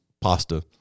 pasta